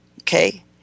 Okay